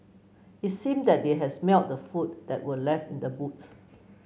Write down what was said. it seemed that they had smelt the food that were left in the boot